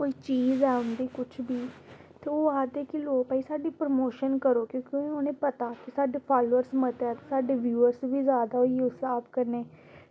कोई चीज़ ऐ आंदी कुछ बी ते ओह् आक्खदे की भई साढ़ी प्रमोशन करो ते हून उनेंगी पता की साढ़े फॉलोअर्स मते न ते साढ़े व्यूअर्स बी जादै न इस स्हाब कन्नै